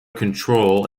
control